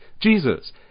Jesus